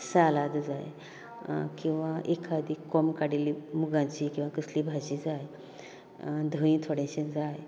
सालाद जाय किंवां एकादी कोंब काडिल्ली मुगाची किंवां कसली भाजी जाय धंय थोडेंशें जाय